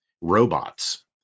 robots